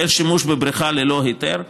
בשל שימוש בבריכה ללא היתר.